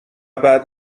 بعد